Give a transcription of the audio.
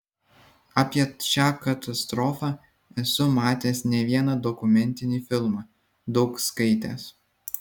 apie šią katastrofą esu matęs ne vieną dokumentinį filmą daug skaitęs